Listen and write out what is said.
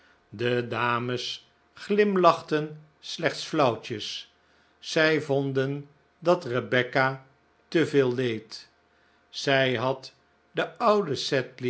de dames glimlachten slechts flauwtjes zij vonden dat rebecca te veel leed zij had den ouden